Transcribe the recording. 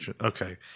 Okay